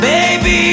Baby